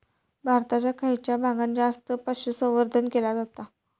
भारताच्या खयच्या भागात जास्त पशुसंवर्धन केला जाता?